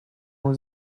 was